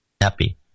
Happy